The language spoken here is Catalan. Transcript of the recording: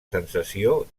sensació